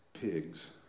pigs